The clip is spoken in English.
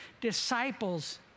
disciples